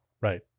Right